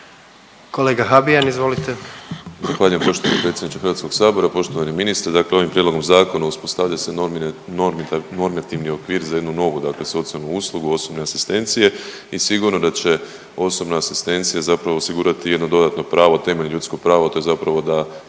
Kolega Habijan, izvolite.